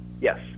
Yes